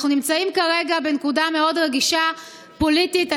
אנחנו נמצאים כרגע בנקודה מאוד רגישה פוליטית.